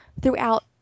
throughout